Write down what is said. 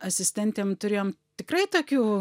asistentėm turėjom tikrai tokių